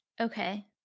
Okay